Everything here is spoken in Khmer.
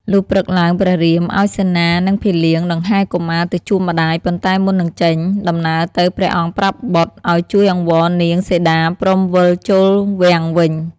លុះព្រឹកឡើងព្រះរាម ឱ្យសេនានិងភីលៀងដង្ហែកុមារទៅជួបម្តាយប៉ុន្តែមុននឹងចេញ ដំណើរទៅព្រះអង្គប្រាប់បុត្រ ឱ្យជួយអង្វរនាងសីតាព្រមវិលចូលរាំងវិញ។